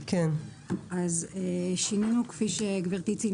כפי שגברתי ציינה